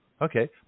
okay